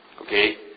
Okay